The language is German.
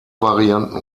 varianten